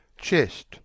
chest